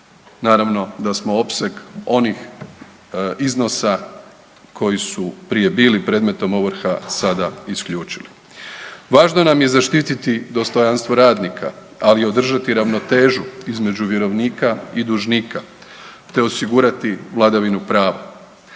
Naravno da smo opseg onih iznosa koji su prije bili predmetom ovrha sada isključili. Važno nam je zaštiti dostojanstvo radnika, ali i održati ravnotežu između vjerovnika i dužnika te osigurati vladavinu pravu.